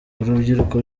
urubyiruko